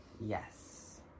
Yes